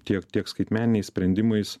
tiek tiek skaitmeniniais sprendimais